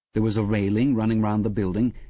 there was a railing running round the building,